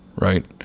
right